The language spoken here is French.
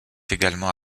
également